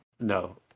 No